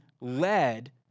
led